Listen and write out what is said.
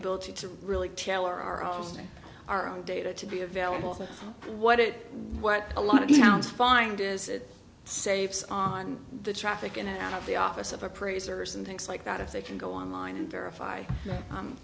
ability to really tell our own our own data to be available what it what a lot of towns find is it saves on the traffic in and out of the office of appraisers and things like that if they can go online and verify